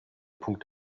punkt